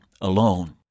alone